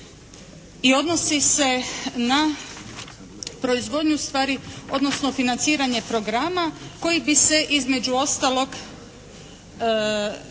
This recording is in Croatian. i odnosi se na proizvodnju, ustvari odnosno financiranje programa koji bi se između ostalog,